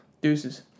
Deuces